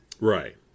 Right